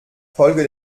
folge